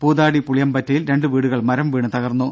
പൂതാടി പുളിയംമ്പറ്റയിൽ രണ്ട് വീടുകൾ മരം വീണ് തകർന്നു